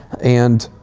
and